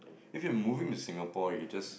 if you're moving to Singapore you're just